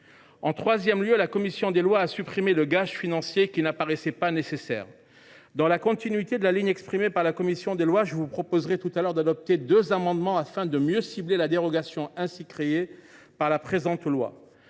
En troisième lieu, la commission a supprimé le gage financier, qui n’apparaissait pas nécessaire. Dans la continuité de la ligne suivie par la commission des lois, je vous proposerai tout à l’heure d’adopter deux amendements, afin de mieux cibler la dérogation créée par la présente